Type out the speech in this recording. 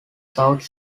south